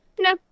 No